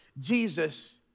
Jesus